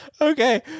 Okay